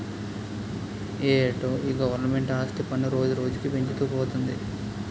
ఏటో ఈ గవరమెంటు ఆస్తి పన్ను రోజురోజుకీ పెంచుతూ పోతంది